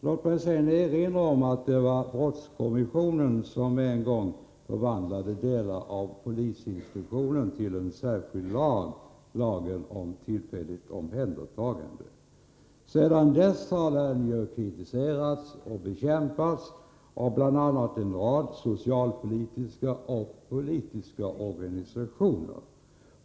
Låt mig sedan erinra om att det var brottskommissionen som en gång förvandlade delar av polisinstruktionen till en särskild lag, lagen om tillfälligt omhändertagande. Sedan dess har den kritiserats och bekämpats av bl.a. en rad socialpolitiska och politiska organisationer.